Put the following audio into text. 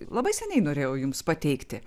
labai seniai norėjau jums pateikti